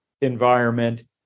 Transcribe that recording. environment